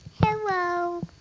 Hello